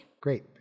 Great